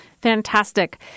Fantastic